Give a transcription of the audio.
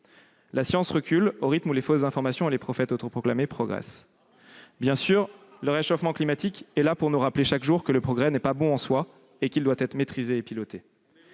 La science recule au rythme où progressent les fausses informations et les prophètes autoproclamés. Maintenant, c'est de la lévitation ... Bien sûr, le réchauffement climatique est là pour nous rappeler chaque jour que le progrès n'est pas bon en soi, qu'il doit être maîtrisé et piloté.